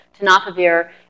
tenofovir